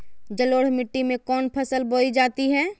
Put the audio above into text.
जलोढ़ मिट्टी में कौन फसल बोई जाती हैं?